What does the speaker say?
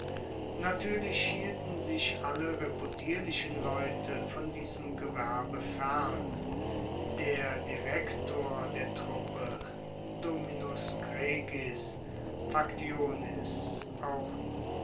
natuerlich hielten sich alle reputierlichen leute von diesem gewerbe fern der direktor der truppe dominus gregis factionis auch